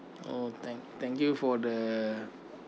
oh thank thank you for the